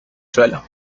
suelo